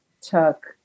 took